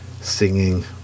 singing